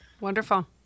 Wonderful